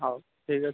ହଉ ଠିକ୍ ଅଛି